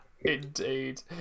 Indeed